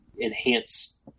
enhance